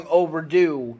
overdue